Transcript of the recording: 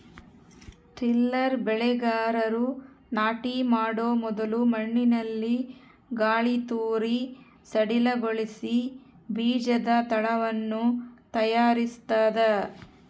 tiller ಬೆಳೆಗಾರರು ನಾಟಿ ಮಾಡೊ ಮೊದಲು ಮಣ್ಣಿನಲ್ಲಿ ಗಾಳಿತೂರಿ ಸಡಿಲಗೊಳಿಸಿ ಬೀಜದ ತಳವನ್ನು ತಯಾರಿಸ್ತದ